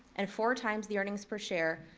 and four times the earnings per share,